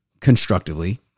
constructively